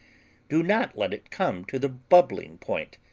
do not let it come to the bubbling point,